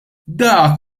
dak